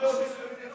שיש מניע, היית בוועדה?